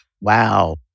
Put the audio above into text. Wow